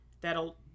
that'll